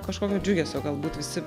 kažkokio džiugesio galbūt visi